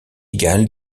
égal